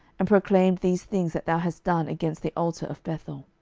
and proclaimed these things that thou hast done against the altar of bethel.